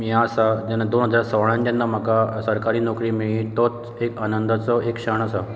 ह्ये आसा जेन्ना दोन हजार सोळांत जेन्ना म्हाका सरकारी नोकरी मेळ्ळी तोच एक आनंदाचो एक क्षण आसा